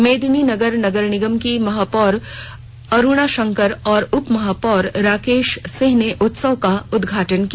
मेदिनीनगर नगर निगम की महापौर अरूणा शंकर और उपमहापौर राकेश सिंह ने उत्सव का उदघाटन किया